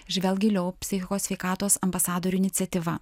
žvelk giliau psicho sveikatos ambasadorių iniciatyva